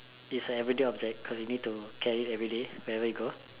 it's a everyday object cause you need to carry everyday wherever you go